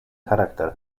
charakter